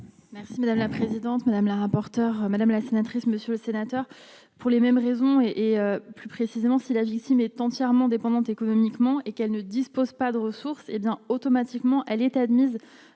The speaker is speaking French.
Merci madame la présidente, madame la rapporteure, madame la sénatrice Monsieur le Sénateur. Pour les mêmes raisons, et, et, plus précisément, si l'âge ici est entièrement dépendante économiquement et qu'elle ne disposent pas de ressources, hé bien automatiquement, elle est admise